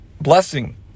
blessing